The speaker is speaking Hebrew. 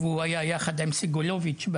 ואף פעל יחד עם סגלוביץ׳.